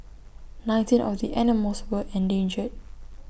nineteen of the animals were endangered